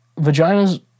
vaginas